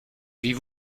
wie